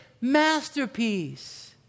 masterpiece